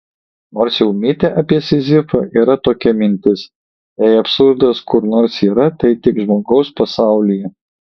nors jau mite apie sizifą yra tokia mintis jei absurdas kur nors yra tai tik žmogaus pasaulyje